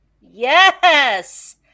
Yes